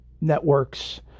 Network's